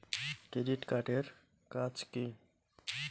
Credit card এর কাজ কি?